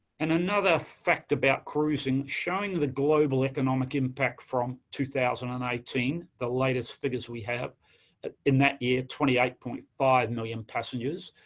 and another fact about cruising showing the global economic impact from two thousand and eighteen, the latest figures we have in that year, twenty eight point five million passengers,